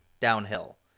downhill